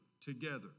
together